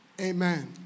Amen